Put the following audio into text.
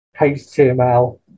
Html